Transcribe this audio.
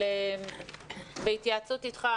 בהתייעצות איתך,